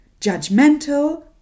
judgmental